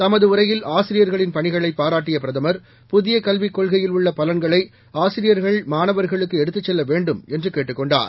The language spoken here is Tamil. தமதுஉரையில்ஆசிரியர்களின்பணிகளைபாராட்டியபிரத மர் புதியகல்விக்கொள்கையில்உள்ளபலன்களைஆசிரியர்கள் மாணவர்களுக்குஎடுத்துசெல்லவேண்டும்என்றுகேட்டுக் கொண்டார்